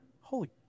Holy